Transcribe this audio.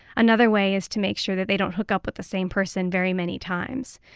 another way is to make sure that they don't hook up with the same person very many times.